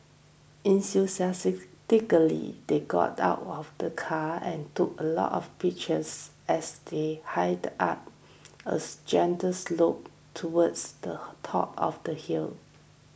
enthusiastically they got out of the car and took a lot of pictures as they hide up as gentle slope towards the top of the hill